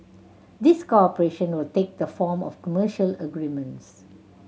this cooperation will take the form of commercial agreements